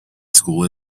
school